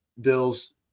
Bill's